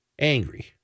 angry